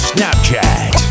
Snapchat